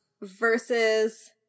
versus